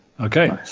Okay